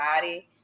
body